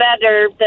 better